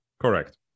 Correct